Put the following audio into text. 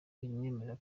ntirimwemerera